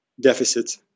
deficit